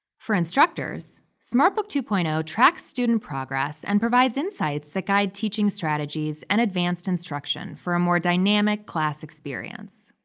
for instructors, smartbook two point zero tracks student progress and provides insights that guide teaching strategies and advanced instruction for a more dynamic class experience.